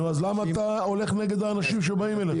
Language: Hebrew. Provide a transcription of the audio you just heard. אז למה אתם הולכים נגד האנשים שבאים אליכם?